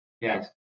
yes